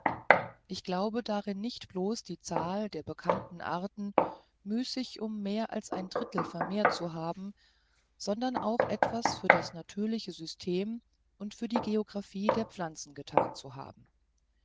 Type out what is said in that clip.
ich glaube darin nicht bloß die zahl der bekannten arten müßig um mehr als ein drittel vermehrt zu haben sondern auch etwas für das natürliche system und für die geographie der pflanzen getan zu haben